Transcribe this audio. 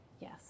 yes